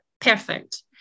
Perfect